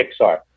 Pixar